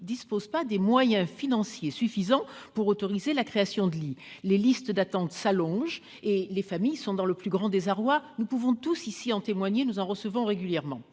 ne disposent pas des moyens financiers suffisants pour autoriser la création de lits. Les listes d'attente s'allongent et les familles sont dans le plus grand désarroi. Nous pouvons tous ici en témoigner, nous en recevons régulièrement.